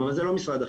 זה לא משרד החינוך.